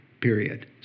period